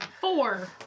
Four